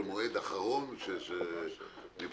אבל מועד אחרון שמבחינתנו,